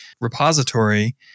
repository